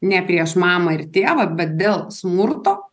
ne prieš mamą ir tėvą bet dėl smurto